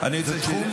נלך אני ואתה ביחד,